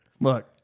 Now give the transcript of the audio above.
Look